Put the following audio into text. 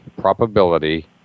probability